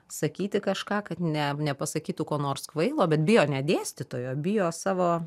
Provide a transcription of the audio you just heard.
sakyti kažką kad ne nepasakytų ko nors kvailo bet bijo ne dėstytojo bijo savo